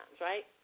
right